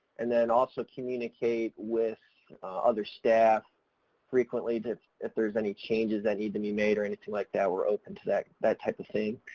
and then also communicate with other staff frequently that if there's any changes that need to be made or anything like that we're open to that that type of thing.